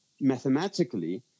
mathematically